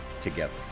together